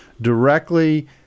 directly